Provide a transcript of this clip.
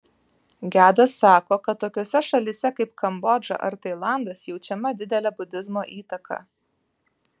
gedas sako kad tokiose šalyse kaip kambodža ar tailandas jaučiama didelė budizmo įtaka